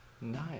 Nice